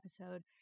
episode